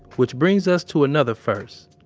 which brings us to another first.